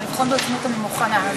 אבל לבחון ברצינות אני מוכנה.